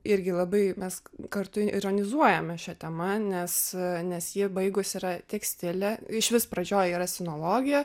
irgi labai mes kartu ironizuojame šia tema nes nes ji baigus yra tekstilę išvis pradžioj yra sinologija